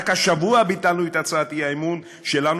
רק השבוע ביטלנו את הצעת האי-אמון שלנו